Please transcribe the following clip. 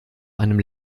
einem